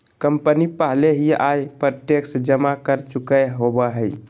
company पहले ही आय पर टैक्स जमा कर चुकय होबो हइ